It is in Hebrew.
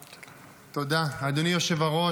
תודה, אדוני היושב-ראש.